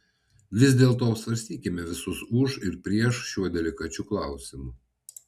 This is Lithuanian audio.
vis dėlto apsvarstykime visus už ir prieš šiuo delikačiu klausimu